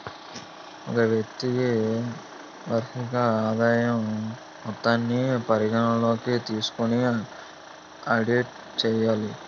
ఒక వ్యక్తి వార్షిక ఆదాయం మొత్తాన్ని పరిగణలోకి తీసుకొని ఆడిట్ చేయాలి